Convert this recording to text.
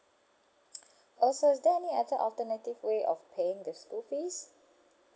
also is there any other alternative way of paying the school fees